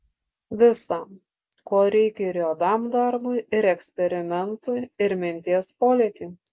visa ko reikia ir juodam darbui ir eksperimentui ir minties polėkiui